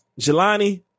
Jelani